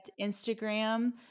Instagram